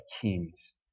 kings